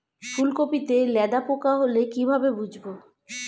ফুলকপিতে লেদা পোকা হলে কি ভাবে বুঝবো?